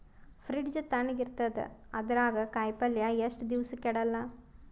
Fridge ತಣಗ ಇರತದ, ಅದರಾಗ ಕಾಯಿಪಲ್ಯ ಎಷ್ಟ ದಿವ್ಸ ಕೆಡಲ್ಲ?